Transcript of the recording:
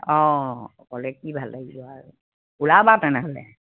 অঁ গ'লে কি ভাল লাগিব আৰু ওলাবা তেনেহ'লে